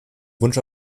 wunsch